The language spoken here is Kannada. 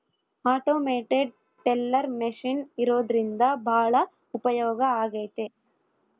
ಆಟೋಮೇಟೆಡ್ ಟೆಲ್ಲರ್ ಮೆಷಿನ್ ಇರೋದ್ರಿಂದ ಭಾಳ ಉಪಯೋಗ ಆಗೈತೆ